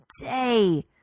day